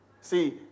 See